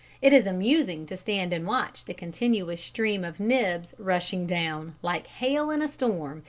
it is amusing to stand and watch the continuous stream of nibs rushing down, like hail in a storm,